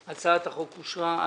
אין הצעת החוק אושרה.